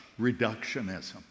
reductionism